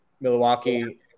Milwaukee